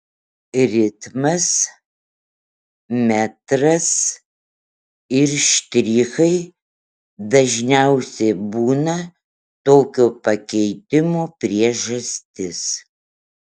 ritmas metras ir štrichai dažniausiai būna tokio pakeitimo priežastis